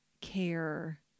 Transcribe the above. care